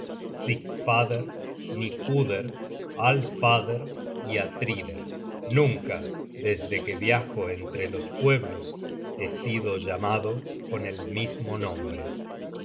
y atrider nunca desde que viajo entre los pueblos he sido llamado con el mismo nombre